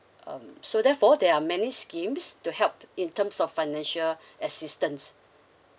um so therefore there are many schemes to help in terms of financial assistance